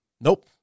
Nope